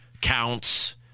counts